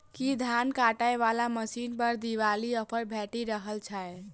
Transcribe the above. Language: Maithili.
की धान काटय वला मशीन पर दिवाली ऑफर भेटि रहल छै?